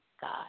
God